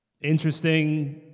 Interesting